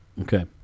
Okay